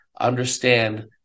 understand